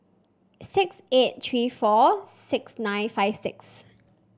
six eight three four six nine five six